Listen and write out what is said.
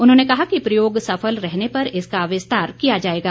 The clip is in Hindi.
उन्होंने कहा कि प्रयोग सफल रहने पर इसका विस्तार किया जाएगा